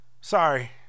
sorry